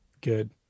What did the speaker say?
good